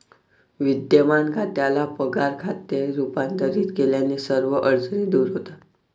विद्यमान खात्याला पगार खात्यात रूपांतरित केल्याने सर्व अडचणी दूर होतात